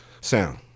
Sound